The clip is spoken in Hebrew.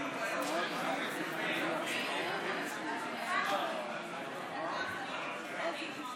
כבוד